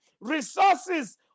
resources